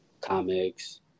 comics